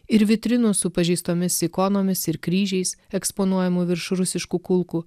ir vitrinų su pažeistomis ikonomis ir kryžiais eksponuojamų virš rusiškų kulkų